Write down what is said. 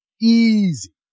Easy